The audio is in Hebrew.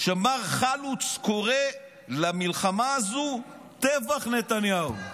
שמר חלוץ קורא למלחמה הזו טבח נתניהו.